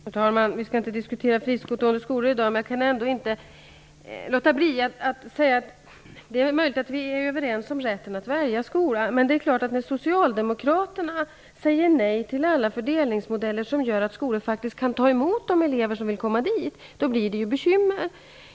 Herr talman! Vi skall inte diskutera fristående skolor i dag, men jag kan ändå inte låta bli att kommentera det Lena Hjelm-Wallén säger. Det är möjligt att vi är överens om rätten att välja skola, men när Socialdemokraterna säger nej till alla fördelningsmodeller som gör det möjligt för skolor att faktiskt ta emot de elever som vill komma dit, då blir det bekymmer.